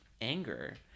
anger